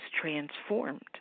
transformed